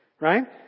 Right